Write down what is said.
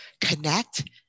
connect